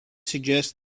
suggest